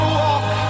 walk